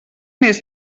més